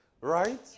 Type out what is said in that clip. Right